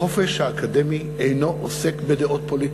החופש האקדמי אינו עוסק בדעות פוליטיות,